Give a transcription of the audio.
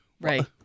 Right